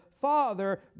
Father